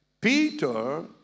Peter